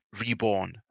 reborn